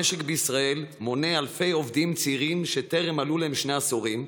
המשק בישראל מונה אלפי עובדים צעירים שטרם מלאו להם שני עשורים,